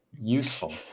Useful